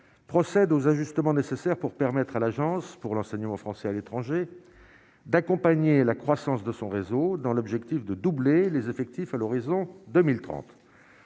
procèdent aux ajustements nécessaires pour permettre à l'agence pour l'enseignement français à l'étranger, d'accompagner la croissance de son réseau dans l'objectif de doubler les effectifs à l'horizon 2030,